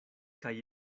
kaj